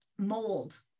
mold